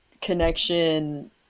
connection